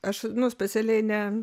aš nu specialiai ne